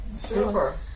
Super